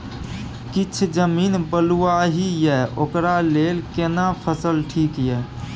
किछ जमीन बलुआही ये ओकरा लेल केना फसल ठीक ये?